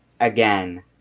again